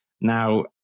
now